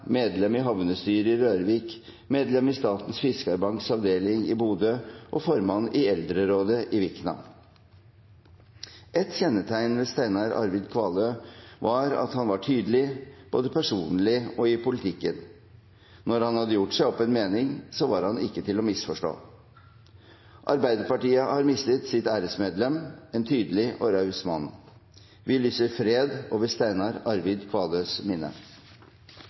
medlem i havnestyret i Rørvik, medlem i Statens Fiskarbanks avdeling i Bodø og formann i Eldrerådet i Vikna. Et kjennetegn ved Steiner Arvid Kvalø var at han var tydelig, både personlig og i politikken. Når han hadde gjort seg opp en mening, så var han ikke til å misforstå. Arbeiderpartiet har mistet sitt æresmedlem, en tydelig og raus mann. Vi lyser fred over Steiner Arvid Kvaløs minne.